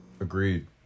Agreed